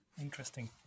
interesting